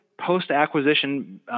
post-acquisition